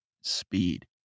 speed